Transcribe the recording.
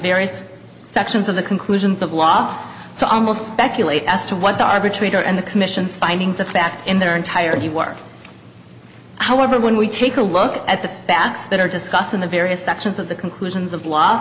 various sections of the conclusions of law to almost speculate as to what the arbitrator and the commission's findings of fact in their entirety work however when we take a look at the facts that are discussed in the various sections of the conclusions of law